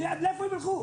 תראי עד לאיפה הם ילכו.